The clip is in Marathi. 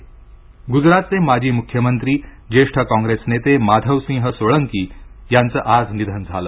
सोळकी निध गुजरातचे माजी मुख्यमंत्री ज्येष्ठ काँग्रेस नेते माधवसिंह सोळकी यांचं आज निधन झालं